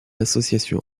association